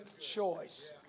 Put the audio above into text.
choice